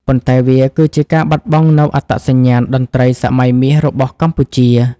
ប៉ុន្តែវាគឺជាការបាត់បង់នូវអត្តសញ្ញាណតន្ត្រីសម័យមាសរបស់កម្ពុជា។